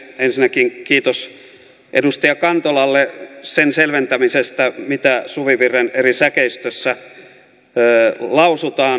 ensinnäkin kiitos edustaja kantolalle sen selventämisestä mitä suvivirren eri säkeistöissä lausutaan